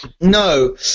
No